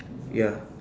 ya